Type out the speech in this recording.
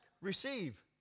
receive